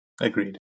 Agreed